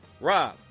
Rob